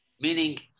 Meaning